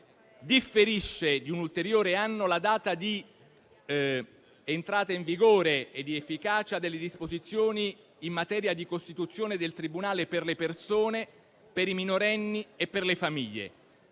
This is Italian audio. differisce di un ulteriore anno la data di entrata in vigore e di efficacia delle disposizioni in materia di costituzione del tribunale per le persone, per i minorenni e per le famiglie.